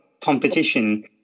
competition